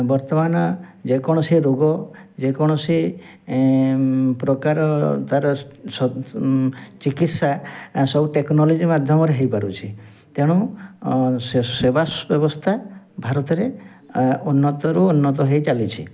ବର୍ତ୍ତମାନ ଯେକୌଣସି ରୋଗ ଯେକୌଣସି ପ୍ରକାର ତା'ର ଚିକିତ୍ସା ସବୁ ଟେକ୍ନୋଲୋଜି ମାଧ୍ୟମରେ ହେଇପାରୁଛି ତେଣୁ ସେବା ବ୍ୟବସ୍ଥା ଭାରତରେ ଉନ୍ନତରୁ ଉନ୍ନତ ହେଇଚାଲିଛି